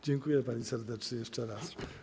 Dziękuję pani serdecznie jeszcze raz.